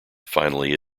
finally